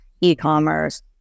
e-commerce